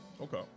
Okay